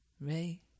Ray